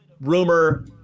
rumor